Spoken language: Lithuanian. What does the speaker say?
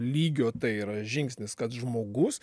lygio tai yra žingsnis kad žmogus